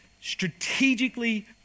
strategically